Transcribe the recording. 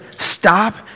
Stop